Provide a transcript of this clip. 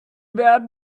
werden